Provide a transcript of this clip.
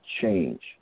change